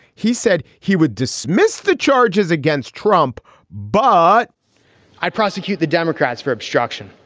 he said he would dismiss the charges against trump but i prosecute the democrats for obstruction.